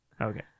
Okay